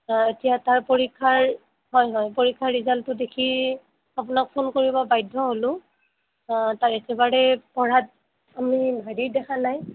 এতিয়া তাৰ পৰীক্ষাৰ হয় হয় পৰীক্ষাৰ ৰিজাল্টটো দেখি আপোনাক ফোন কৰিব বাধ্য হ'লোঁ তাৰ একেবাৰে পঢ়াত আমি হেৰি দেখা নাই